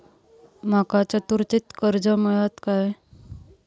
माका चतुर्थीक कर्ज मेळात काय?